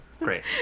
Great